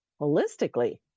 holistically